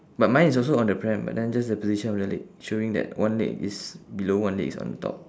but mine is also on the pram but then just the position of the leg showing that one leg is below one leg is on top